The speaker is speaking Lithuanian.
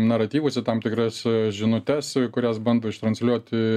naratyvus į tam tikras žinutes kurias bando ištransliuoti